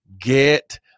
get